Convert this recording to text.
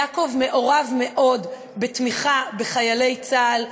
יעקב מעורב מאוד בתמיכה בחיילי צה"ל,